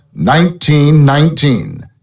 1919